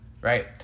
right